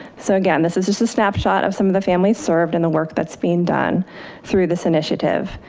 so again, this is just a snapshot of some of the families served in the work that's been done through this initiative.